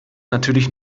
natürlich